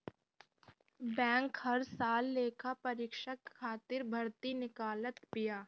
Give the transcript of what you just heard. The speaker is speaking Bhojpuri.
बैंक हर साल लेखापरीक्षक खातिर भर्ती निकालत बिया